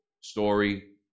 story